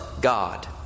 God